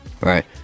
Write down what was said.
Right